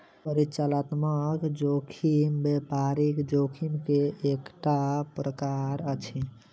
परिचालनात्मक जोखिम व्यापारिक जोखिम के एकटा प्रकार अछि